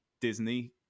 Disney